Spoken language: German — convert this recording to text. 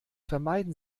vermeiden